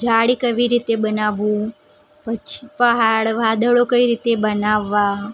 ઝાડ કેવી રીતે બનાવવું પછી પહાડ વાદળો કઈ રીતે બનાવવાં